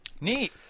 Neat